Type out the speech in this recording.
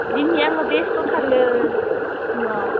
दिनै आङो बेस्थ'थारलै न'आव